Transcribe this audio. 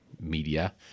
media